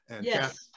Yes